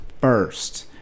first